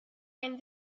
and